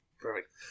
perfect